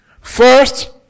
first